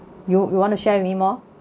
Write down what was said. you you wanna share with me more